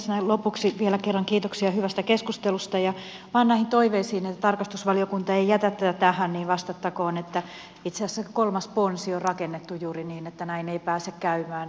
näin lopuksi vielä kerran kiitoksia hyvästä keskustelusta ja vain näihin toiveisiin että tarkastusvaliokunta ei jätä tätä tähän vastattakoon että itse asiassa kolmas ponsi on rakennettu juuri niin että näin ei pääse käymään